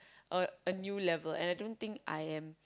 a a new level and I don't think I am